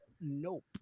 Nope